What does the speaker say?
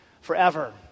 forever